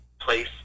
place